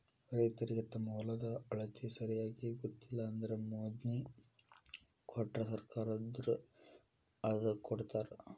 ರೈತರಿಗೆ ತಮ್ಮ ಹೊಲದ ಅಳತಿ ಸರಿಯಾಗಿ ಗೊತ್ತಿಲ್ಲ ಅಂದ್ರ ಮೊಜ್ನಿ ಕೊಟ್ರ ಸರ್ಕಾರದವ್ರ ಅಳ್ದಕೊಡತಾರ